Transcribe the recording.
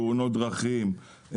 תאונות דרכים,